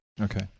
Okay